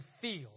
feel